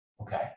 okay